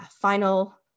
final